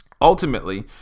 ultimately